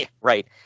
Right